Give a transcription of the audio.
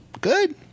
Good